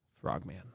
frogman